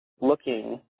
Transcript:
looking